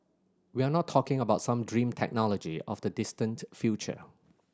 we are not talking about some dream technology of the distant future